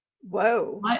Whoa